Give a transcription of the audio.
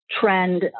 trend